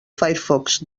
firefox